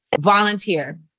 volunteer